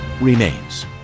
remains